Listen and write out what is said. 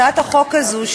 הצעת החוק הזו,